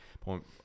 point